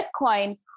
Bitcoin